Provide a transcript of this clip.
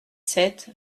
sept